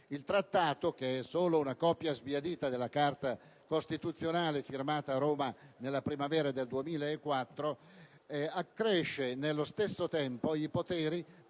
Il Trattato, che è solo una copia sbiadita della Carta costituzionale firmata a Roma nella primavera del 2004, accresce nello stesso tempo i poteri